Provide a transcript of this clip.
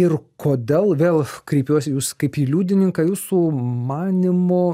ir kodėl vėl kreipiuosi į jus kaip į liudininką jūsų manymu